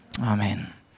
Amen